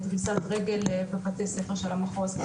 דריסת רגל בבתי ספר של המחוז,